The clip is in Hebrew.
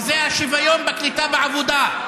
וזה השוויון בקליטה בעבודה.